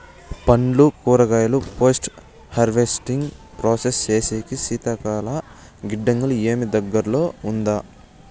పండ్లు కూరగాయలు post harvesting process సేసేకి శీతల గిడ్డంగులు మీకు దగ్గర్లో ఉందా?